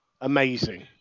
Amazing